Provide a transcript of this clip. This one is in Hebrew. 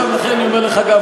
לכן אני אומר לך גם,